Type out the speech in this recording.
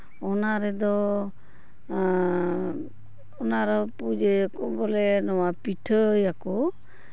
ᱚᱱᱟ ᱨᱮᱫᱚ ᱚᱱᱟᱨᱮ ᱯᱩᱡᱟᱹᱭᱟᱠᱚ ᱵᱚᱞᱮ ᱱᱚᱣᱟ ᱯᱤᱴᱷᱟᱹᱭᱟᱠᱚ